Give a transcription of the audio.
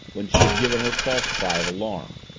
when she had given her false cry of alarm.